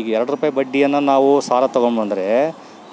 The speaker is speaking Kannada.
ಈಗ ಎರಡು ರೂಪಾಯಿ ಬಡ್ಡಿಯನ್ನು ನಾವು ಸಾಲ ತಗೊಂಡ್ಬಂದ್ರೆ